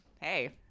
Hey